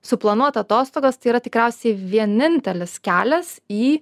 suplanuot atostogas tai yra tikriausiai vienintelis kelias į